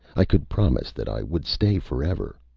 i could promise that i would stay forever.